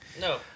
No